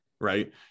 Right